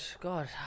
God